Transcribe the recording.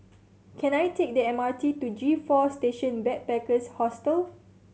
can I take the M R T to G Four Station Backpackers Hostel